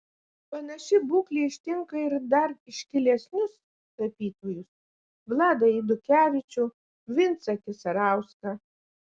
panaši būklė ištinka ir dar iškilesnius tapytojus vladą eidukevičių vincą kisarauską